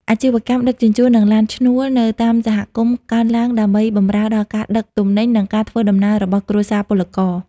អាជីវកម្មដឹកជញ្ជូន និងឡានឈ្នួលនៅតាមសហគមន៍កើនឡើង ដើម្បីបម្រើដល់ការដឹកទំនិញ និងការធ្វើដំណើររបស់គ្រួសារពលករ។